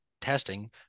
testing